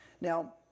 Now